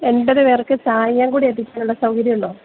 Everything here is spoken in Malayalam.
എൺപത് പേർക്ക് ചായയും കൂടെ എത്തിക്കാനുള്ള സൗകര്യമുണ്ടോ